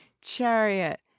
chariot